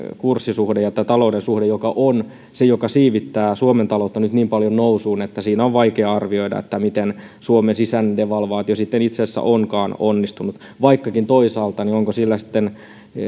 kurssisuhde ja tämä talouden suhde on se joka siivittää suomen taloutta nyt niin paljon nousuun että on vaikea arvioida miten suomen sisäinen devalvaatio sitten itse asiassa onkaan onnistunut vaikkakin toisaalta onko sitten